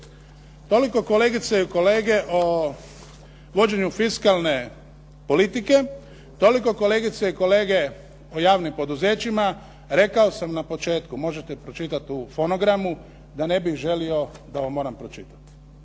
Toliko kolegice i kolege o vođenju fiskalne politike. Toliko kolegice i kolege o javnim poduzećima. Rekao sam na početku možete pročitati u fonogramu, ja ne bih želio da vam moram pročitati.